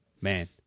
Man